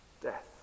death